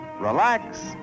relax